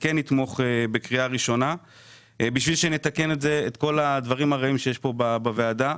כן נתמוך בקריאה ראשונה כדי שנתקן את כל הדברים הרעים שיש כאן בוועדה,